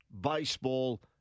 baseball